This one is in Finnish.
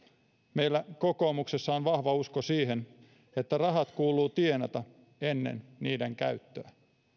meillä kokoomuksessa on vahva usko siihen että rahat kuuluu tienata ennen niiden käyttöä